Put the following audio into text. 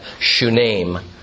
Shunem